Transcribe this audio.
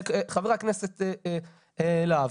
חבר הכנסת להב,